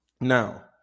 Now